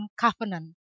covenant